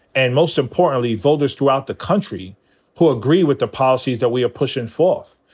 and most importantly, voters throughout the country who agree with the policies that we are pushin' forth.